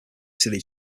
silly